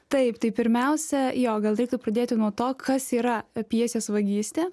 taip tai pirmiausia jo gal reiktų pradėti nuo to kas yra pjesės vagystė